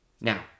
Now